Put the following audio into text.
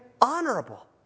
honorable